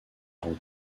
grand